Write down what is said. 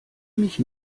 mich